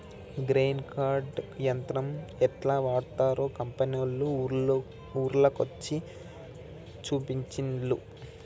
grain cart యంత్రం యెట్లా వాడ్తరో కంపెనోళ్లు ఊర్ల కొచ్చి చూపించిన్లు